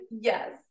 yes